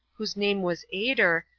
whose name was ader,